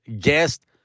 guest